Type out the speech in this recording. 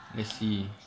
let's see